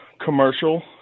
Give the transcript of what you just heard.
commercial